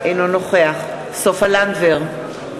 אינו נוכח סופה לנדבר,